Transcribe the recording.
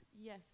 yes